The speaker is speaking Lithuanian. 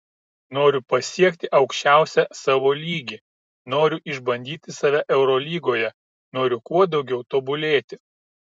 noriu pasiekti aukščiausią savo lygį noriu išbandyti save eurolygoje noriu kuo daugiau tobulėti